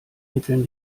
mitteln